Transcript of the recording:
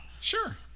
Sure